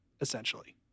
Essentially